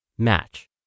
Match